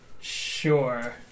Sure